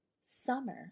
summer